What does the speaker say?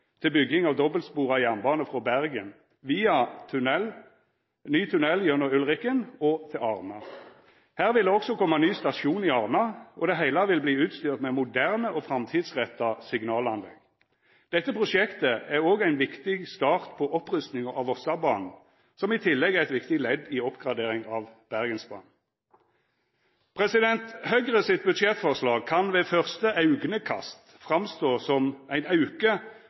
til bygging av dobbeltspora jernbane frå Bergen – via ny tunnel gjennom Ulriken – til Arna. Her vil det òg koma ny stasjon i Arna, og det heile vil verta utstyrt med moderne og framtidsretta signalanlegg. Dette prosjektet er òg ein viktig start på opprustinga av Vossebanen, som i tillegg er eit viktig ledd i oppgraderinga av Bergensbanen. Høgre sitt budsjettforslag kan ved første augnekast sjå ut som ein auke